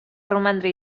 romandre